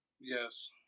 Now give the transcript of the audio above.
Yes